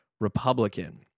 Republican